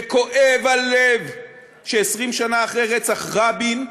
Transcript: וכואב הלב ש-20 שנה אחרי רצח רבין,